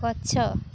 ଗଛ